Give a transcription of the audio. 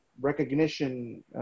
recognition